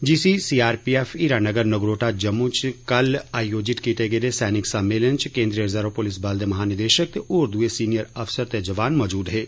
जीसी सीआरपीएफ हीरानगर नगरोटा जम्मू च कल आयोजित कीते गेदे सैनिक सम्मेलन च केंद्रीय रिजर्व पुलिस बल दे महानिदेशक ते होर दुए सीनियर अफसर ते जवान मौजूद हे